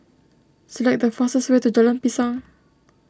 select the fastest way to Jalan Pisang